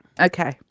Okay